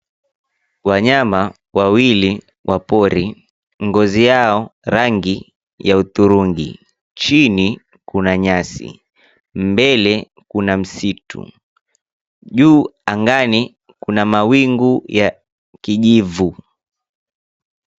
Wanyama wawili wa pori, ngozi yao rangi ya udhrungi. Chini kuna nyasi, mbele kuna msituu, juu angani kuna mawingu ya kijivu.